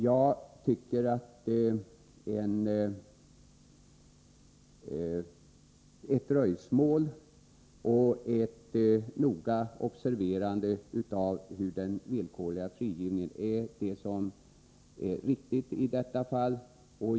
Jag tycker att det i detta fall är riktigt att avvakta och att noggrant observera hur den villkorliga frigivningen fungerar.